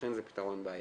לכן זה פתרון בעייתי.